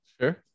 Sure